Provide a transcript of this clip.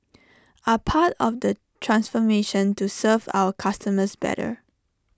are part of the transformation to serve our customers better